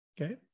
Okay